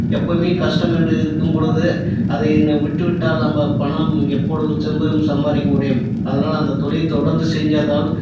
எப்பவுமே கஷ்டம் என்று இருக்கும்பொழுது அதை என விட்டு விட்டால் நம்ம பணம் எப்பொழுதும் திரும்பவும் சம்பாதிக்க முடியும் அதனால் அந்த தொழில் தொடர்ந்து செஞ்சதால்